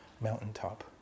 mountaintop